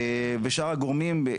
ושאר הגורמים,